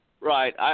Right